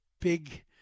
big